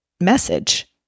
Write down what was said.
message